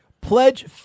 Pledge